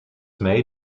may